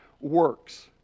works